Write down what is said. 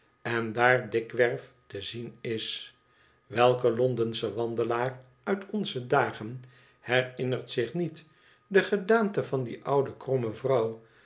en daar dikwerf te zien is welke londensche wandelaar uit onze dagen herinnert zich niet de gedaante van die oude kromme vrouw